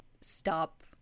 stop